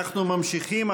אנחנו ממשיכים,